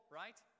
right